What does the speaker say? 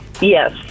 Yes